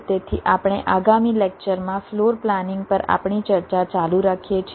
તેથી આપણે આગામી લેક્ચરમાં ફ્લોર પ્લાનિંગ પર આપણી ચર્ચા ચાલુ રાખીએ છીએ